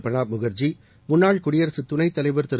பிரணாப் முகர்ஜி முன்னாள் குடியரசுத் துணைத்தலைவர் திரு